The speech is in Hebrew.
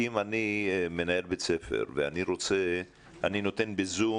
אם אני מנהל בית ספר ואני נותן לחלק בזום